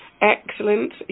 Excellent